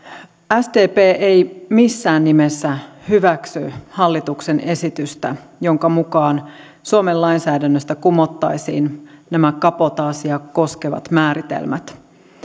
sdp ei missään nimessä hyväksy hallituksen esitystä jonka mukaan suomen lainsäädännöstä kumottaisiin nämä kabotaasia koskevat määritelmät